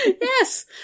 Yes